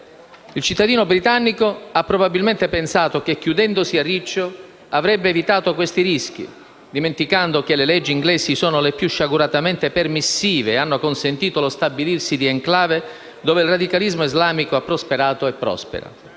Il cittadino britannico ha probabilmente pensato che, chiudendosi a riccio, avrebbe evitato questi rischi, dimenticando che le leggi britanniche sono le più sciaguratamente permissive e hanno consentito lo stabilirsi di *enclave* dove il radicalismo islamico ha prosperato e prospera.